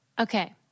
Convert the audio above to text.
okay